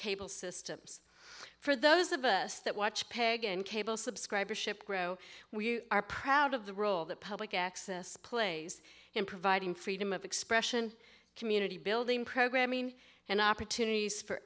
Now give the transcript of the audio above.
cable systems for those of us that watch peg and cable subscribers ship grow we are proud of the role that public access plays in providing freedom of expression community building programming and opportunities for